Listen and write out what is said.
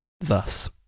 thus